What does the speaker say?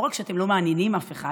לא רק שאתם לא מעניינים אף אחד,